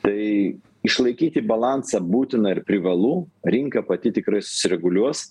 tai išlaikyti balansą būtina ir privalu rinka pati tikrai susireguliuos